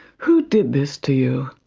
who did this to you?